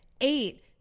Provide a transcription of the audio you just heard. eight